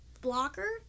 blocker